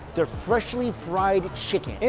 their freshly fried chicken.